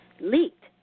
leaked